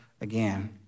again